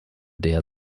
der